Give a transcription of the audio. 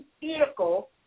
vehicle